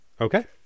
Okay